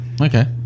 Okay